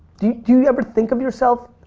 do you do you ever think of yourself,